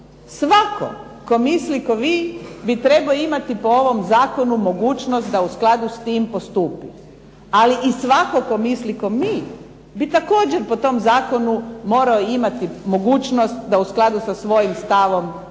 Svatko tko misli kao vi bi trebao imati po ovom Zakonu mogućnost da u skladu s tim postupi ali svatko tko misli kao mi bi po tom Zakonu trebao imati mogućnost da u skladu sa svojim stavom postupi.